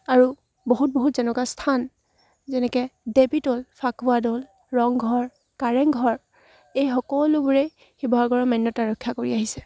আৰু বহুত বহুত যেনেকুৱা স্থান যেনেকৈ দেৱীদৌল ফাকুৱা দৌল ৰংঘৰ কাৰেংঘৰ এই সকলোবোৰেই শিৱসাগৰৰ মান্যতা ৰক্ষা কৰি আহিছে